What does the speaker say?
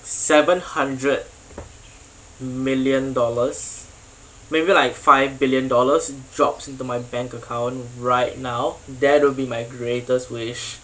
seven hundred million dollars maybe like five billion dollars drops into my bank account right now that would be my greatest wish